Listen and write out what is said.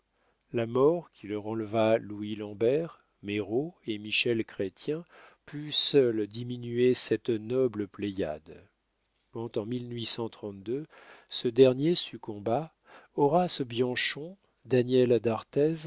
la mort qui leur enleva louis lambert meyraux et michel chrestien put seule diminuer cette noble pléiade quand en en ce dernier succomba horace bianchon daniel d'arthez